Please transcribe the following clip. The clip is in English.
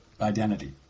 identity